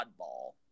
oddball